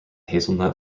hazelnut